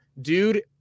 Dude